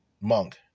monk